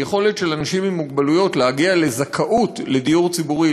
היכולת של אנשים עם מוגבלות להגיע לזכאות לדיור ציבורי,